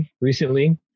recently